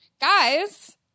Guys